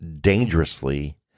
dangerously